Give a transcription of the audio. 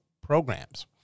programs